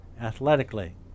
athletically